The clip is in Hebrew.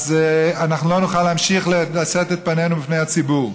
אז אנחנו לא נוכל להמשיך לשאת את פנינו לפני הציבור.